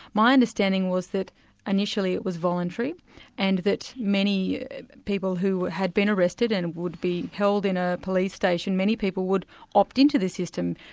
my understanding was that initially it was voluntary and that many people who had been arrested, and would be held in a police station, many people would opt in to the system.